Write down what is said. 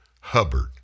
Hubbard